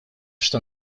что